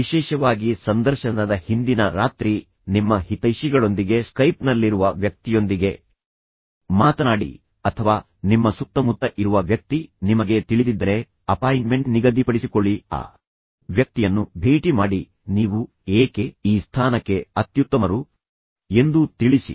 ವಿಶೇಷವಾಗಿ ಸಂದರ್ಶನದ ಹಿಂದಿನ ರಾತ್ರಿ ನಿಮ್ಮ ಹಿತೈಷಿಗಳೊಂದಿಗೆ ಸ್ಕೈಪ್ನಲ್ಲಿರುವ ವ್ಯಕ್ತಿಯೊಂದಿಗೆ ಮಾತನಾಡಿ ಅಥವಾ ನಿಮ್ಮ ಸುತ್ತಮುತ್ತ ಇರುವ ವ್ಯಕ್ತಿ ನಿಮಗೆ ತಿಳಿದಿದ್ದರೆ ಅಪಾಯಿಂಟ್ಮೆಂಟ್ ನಿಗದಿಪಡಿಸಿಕೊಳ್ಳಿ ಆ ವ್ಯಕ್ತಿಯನ್ನು ಭೇಟಿ ಮಾಡಿ ನೀವು ಏಕೆ ಈ ಸ್ಥಾನಕ್ಕೆ ಅತ್ಯುತ್ತಮರು ಎಂದು ತಿಳಿಸಿ